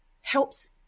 helps